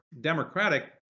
Democratic